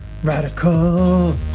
Radical